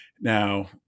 Now